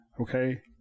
okay